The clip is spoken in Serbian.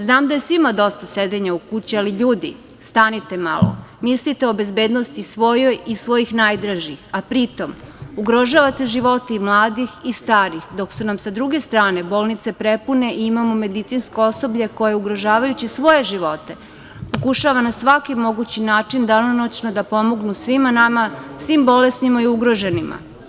Znam da je svima dosta sedenja u kući ali, ljudi, stanite malo, mislite o bezbednosti svojoj i svojih najdražih, a pri tome ugrožavate živote i mladih i starih, dok su nam sa druge strane bolnice prepune i imamo medicinsko osoblje koje, ugrožavajući svoje živote, pokušava na svaki mogući način danonoćno da pomognu svima nama, svim bolesnima i ugroženima.